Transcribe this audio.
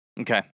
Okay